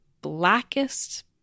blackest